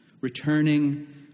returning